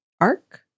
arc